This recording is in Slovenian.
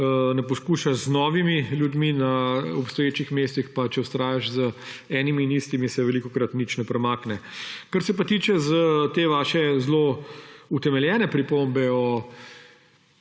ne poskušaš z novimi ljudmi na obstoječih mestih, pa če vztrajaš z enimi in istimi, se velikokrat nič ne premakne. Kar se pa tiče te vaše zelo utemeljene pripombe o